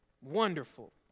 Wonderful